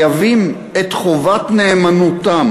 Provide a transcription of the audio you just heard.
חובת נאמנותם